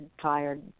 tired